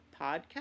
podcast